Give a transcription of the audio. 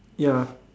ya